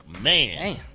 man